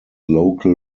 local